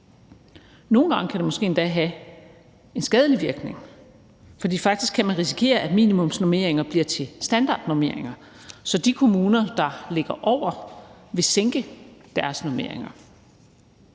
Nogle gange kan det måske endda have en skadelig virkning, fordi man faktisk kan risikere, at minimumsnormeringer bliver til standardnormeringer, så de kommuner, der ligger over, vil sænke deres normeringer.